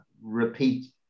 Repeat